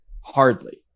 hardly